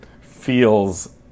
feels